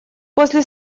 после